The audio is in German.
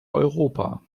europa